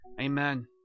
amen